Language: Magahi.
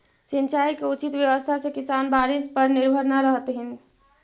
सिंचाई के उचित व्यवस्था से किसान बारिश पर निर्भर न रहतथिन